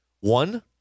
one